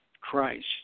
Christ